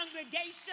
congregation